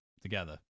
together